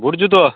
বুট জুতো